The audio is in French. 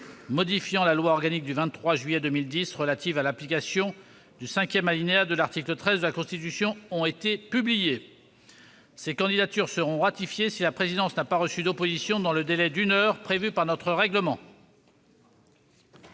modifiant la loi organique n° 2010-837 du 23 juillet 2010 relative à l'application du cinquième alinéa de l'article 13 de la Constitution ont été publiées. Ces candidatures seront ratifiées si la présidence n'a pas reçu d'opposition dans le délai d'une heure prévu par notre règlement.